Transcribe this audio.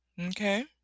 Okay